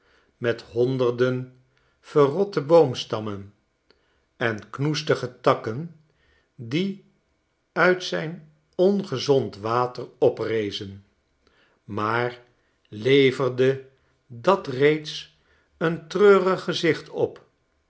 met honderden verrottel boomstammen en knoestige takken die uit zijn ongezond water oprezen maar leverde dat reeds een treurig gezicht op